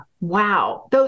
Wow